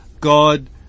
God